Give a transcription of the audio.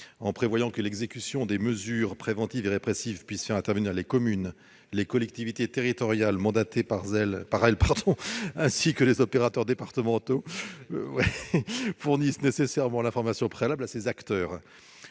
en prévoyant que l'exécution des mesures préventives et répressives puisse faire intervenir les communes, les collectivités territoriales mandatées par elles, ainsi que les opérateurs départementaux, fournissent nécessairement l'information préalable à ces acteurs.